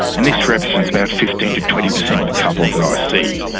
and this represents about fifteen to twenty percent of the couples that i see,